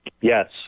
yes